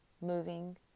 moving